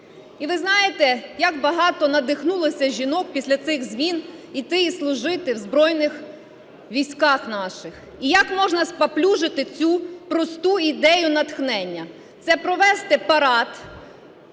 І ви знаєте, як багато надихнулося жінок після цих змін йти і служити в збройних військах наших. І як можна спаплюжити цю просту ідею натхнення? Це провести парад